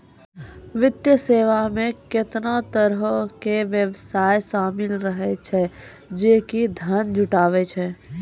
वित्तीय सेवा मे केतना तरहो के व्यवसाय शामिल रहै छै जे कि धन जुटाबै छै